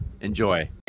Enjoy